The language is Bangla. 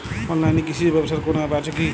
অনলাইনে কৃষিজ ব্যবসার কোন আ্যপ আছে কি?